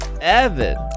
Evan